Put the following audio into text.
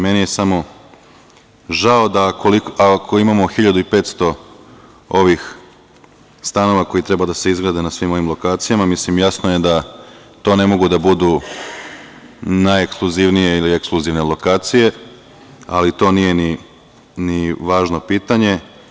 Meni je samo žao ako imamo 1.500 ovih stanova koji treba da izgrade na svim ovim lokacijama, mislim jasno je da to ne mogu da budu najekskluzivnije ili ekskluzivne lokacije, ali to nije ni važno pitanje.